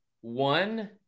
one